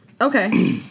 Okay